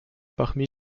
parmi